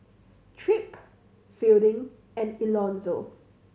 Tripp Fielding and Elonzo